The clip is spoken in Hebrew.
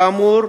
כאמור,